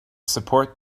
support